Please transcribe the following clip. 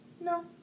No